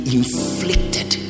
inflicted